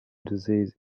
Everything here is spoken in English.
disease